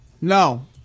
No